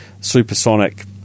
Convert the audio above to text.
supersonic